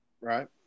Right